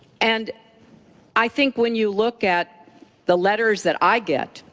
and i think when you look at the letters that i get,